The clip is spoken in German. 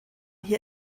hier